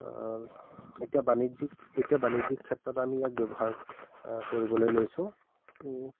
এতিয়া বাণিজ্যিক এতিয়া বাণিজ্যিক ক্ষেত্ৰত আমি ইয়াক ব্যৱহাৰ কৰিবলৈ লৈছোঁ